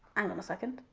um a second,